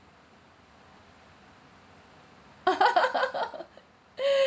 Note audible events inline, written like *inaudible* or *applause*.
*laughs*